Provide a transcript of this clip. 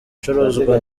icuruzwa